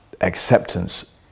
acceptance